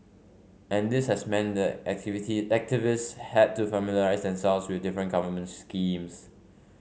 and this has meant that activity activists had to familiarise themselves with different government schemes